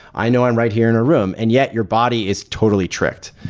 i know i'm right here in a room, and yet your body is totally tricked.